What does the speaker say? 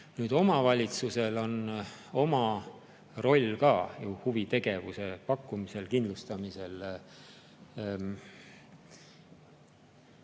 Omavalitsusel on oma roll ka huvitegevuse pakkumisel ja kindlustamisel.